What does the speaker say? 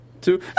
two